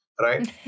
right